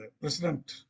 President